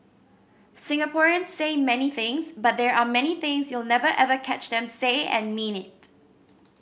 Singaporeans say many things but there are many things you'll never ever catch them say and mean it